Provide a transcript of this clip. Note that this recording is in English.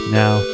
now